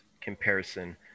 comparison